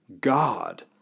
God